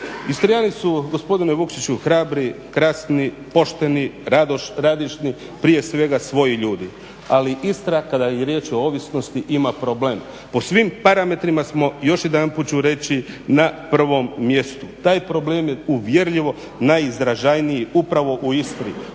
Istrijani su gospodine Vukšiću, hrabri, krasni, pošteni, radišni prije svega svoji ljudi ali Istra kad je riječ o ovisnosti ima problem. Po svim parametrima smo još jedanput ću reći na prvom mjestu. Taj problem je uvjerljivo najizražajniji upravo u Istri.